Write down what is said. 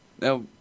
Now